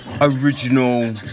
original